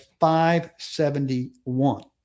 571